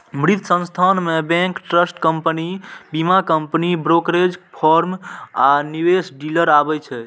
वित्त संस्थान मे बैंक, ट्रस्ट कंपनी, बीमा कंपनी, ब्रोकरेज फर्म आ निवेश डीलर आबै छै